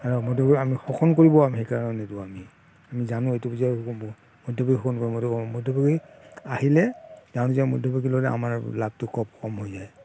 আৰু মধ্যভোগীক আমি শোষণ কৰিব আমি সেইকাৰণে নিদিওঁ আমি আমি জানো এইটো যে মধ্যভোগী শোষণ কৰিব মধ্যভোগী আহিলে তেওঁ নিজৰ মধ্যভোগীয়ে ল'লে আমাৰ লাভটো কম হৈ যায়